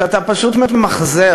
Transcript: שאתה פשוט ממחזר.